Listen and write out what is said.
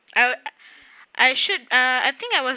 I would I should ah I think I was